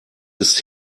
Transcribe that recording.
ist